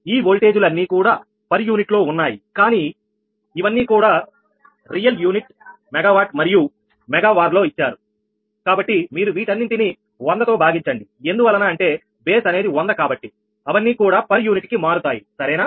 ఈ వోల్టేజీలు అన్నీ కూడా పర్ యూనిట్ లో ఉన్నాయి కానీ ఇవన్నీ కూడా రియల్ యూనిట్ మెగావాట్ మరియు మెగా వార్ లో ఇచ్చారు కావున మీరు వీటన్నింటిని 100 తో భాగించండి ఎందువలన అంటే బేస్ అనేది 100 కనుక అవన్నీ కూడా పర్ యూనిట్ కి మారుతాయి సరేనా